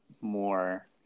more